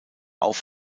auch